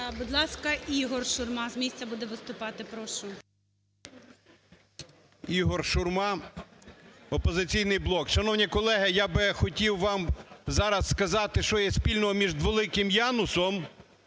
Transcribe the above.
Будь ласка, Ігор Шурма з місця буде виступати. Прошу. 11:31:05 ШУРМА І.М. Ігор Шурма, "Опозиційний блок". Шановні колеги, я би хотів вам зараз сказати, що є спільного між Дволиким Янусом